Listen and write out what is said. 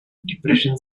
depression